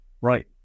Right